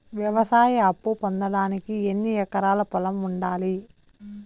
వ్యవసాయ అప్పు పొందడానికి ఎన్ని ఎకరాల పొలం ఉండాలి?